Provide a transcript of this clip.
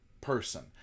person